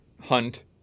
hunt